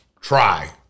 Try